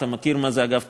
אתה יודע מה זה אגף תקציבים.